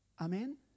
Amen